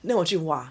then 我去 !wah!